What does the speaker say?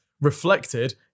reflected